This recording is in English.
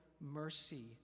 mercy